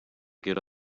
get